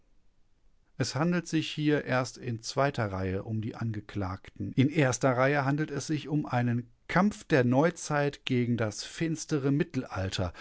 es handelt sich hier erst in zweiter reihe um die angeklagten in erster reihe handelt es sich um einen kampf der neuzeit gegen das finstere mittelalter